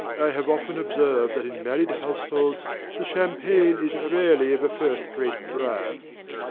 have often observed that in married households the champagne is rarely of a first-rate brand.